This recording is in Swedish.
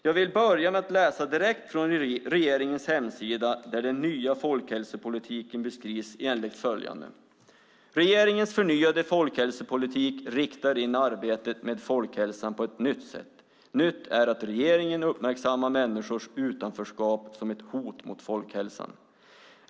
Jag vill börja med att läsa direkt från regeringens hemsida där den nya folkhälsopolitiken beskrivs enligt följande: "Regeringens förnyade folkhälsopolitik riktar in arbetet med folkhälsan på ett nytt sätt. Nytt är att regeringen uppmärksammar människors utanförskap som ett hot mot folkhälsan.